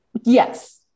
Yes